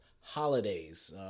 holidays